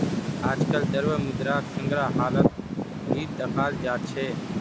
आजकल द्रव्य मुद्राक संग्रहालत ही दखाल जा छे